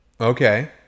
Okay